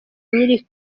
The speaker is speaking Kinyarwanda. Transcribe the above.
nyiri